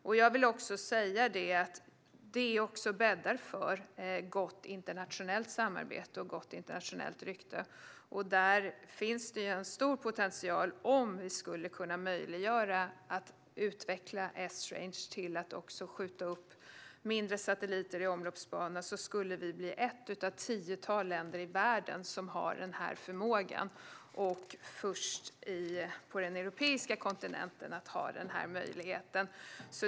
Detta bäddar också för gott internationellt samarbete och gott internationellt rykte. Där finns en stor potential om vi skulle kunna möjliggöra en utveckling av Esrange så att man också kan skjuta upp mindre satelliter i omloppsbana. Då skulle Sverige bli ett av ett tiotal länder i världen som har denna förmåga och först på den europeiska kontinenten att ha denna möjlighet.